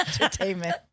entertainment